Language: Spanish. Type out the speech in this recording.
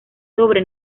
sobre